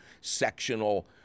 sectional